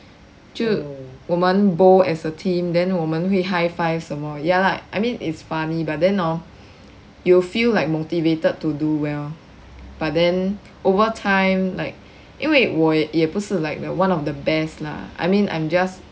就我们 bowl as a team then 我们会 high-five 什么 ya I mean it's funny but then orh you will feel like motivated to do well but then over time like 因为我也不是 like the one of the best lah I mean I'm just